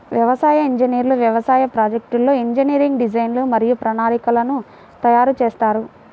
వ్యవసాయ ఇంజనీర్లు వ్యవసాయ ప్రాజెక్ట్లో ఇంజనీరింగ్ డిజైన్లు మరియు ప్రణాళికలను తయారు చేస్తారు